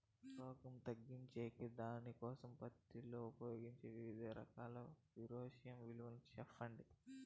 రోగం తగ్గించేకి దానికోసం పత్తి లో ఉపయోగించే వివిధ రకాల ఫిరోమిన్ వివరాలు సెప్పండి